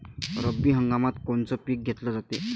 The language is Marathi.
रब्बी हंगामात कोनचं पिक घेतलं जाते?